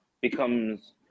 becomes